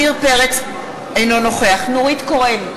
אינו נוכח נורית קורן,